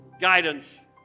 guidance